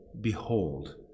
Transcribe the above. behold